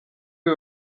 uyu